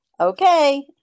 okay